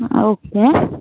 हा ओके